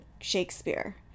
Shakespeare